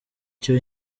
cyo